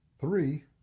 Three